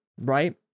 right